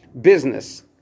business